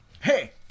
Hey